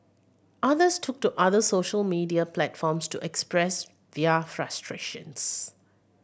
others took to other social media platforms to express their frustrations